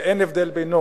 ואין הבדל בינו,